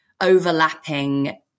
overlapping